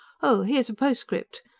oh, here's a postscript!